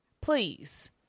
please